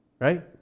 Right